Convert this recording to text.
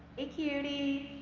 hey, cutie.